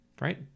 Right